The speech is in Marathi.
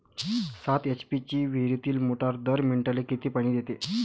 सात एच.पी ची विहिरीतली मोटार दर मिनटाले किती पानी देते?